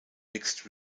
mixed